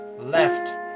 left